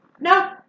No